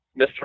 Mr